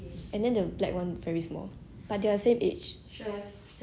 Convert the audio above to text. ya lor because like as the brown [one] gets bigger right then